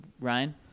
Ryan